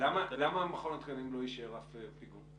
--- למה מכון התקנים לא אישר אף פיגום?